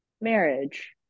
marriage